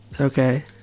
Okay